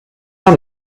out